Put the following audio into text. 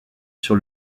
sur